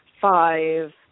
five